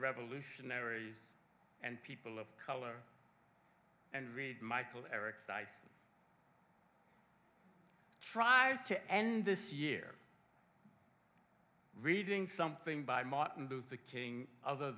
revolutionaries and people of color and read michael eric dyson try to end this year reading something by martin luther king other